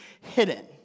hidden